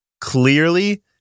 clearly